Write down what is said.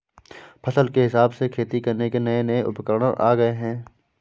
फसल के हिसाब से खेती करने के नये नये उपकरण आ गये है